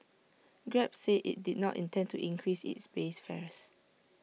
grab said IT did not intend to increase its base fares